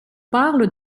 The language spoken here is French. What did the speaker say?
parle